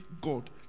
God